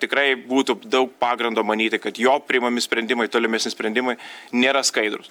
tikrai būtų daug pagrindo manyti kad jo priimami sprendimai tolimesni sprendimai nėra skaidrūs